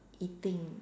eating